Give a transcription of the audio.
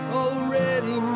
already